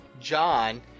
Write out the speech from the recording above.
John